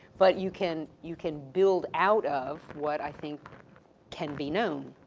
but you can, you can build out of, what, i think can be known,